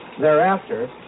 thereafter